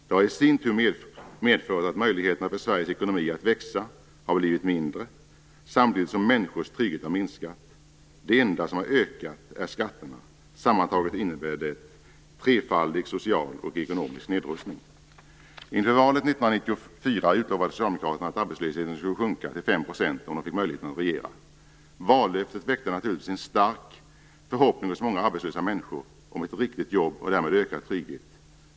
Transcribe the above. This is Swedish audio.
Det har i sin tur medfört att möjligheterna för Sveriges ekonomi att växa har blivit mindre, samtidigt som människors trygghet har minskat. Det enda som har ökat är skatterna. Sammantaget innebär det en trefaldig social och ekonomisk nedrustning. Inför valet 1994 utlovade Socialdemokraterna att arbetslösheten skulle sjunka till fem procent, om de fick möjlighet att regera. Vallöftet väckte naturligtvis hos många människor en stark förhoppning om ett riktigt jobb och därmed ökad trygghet.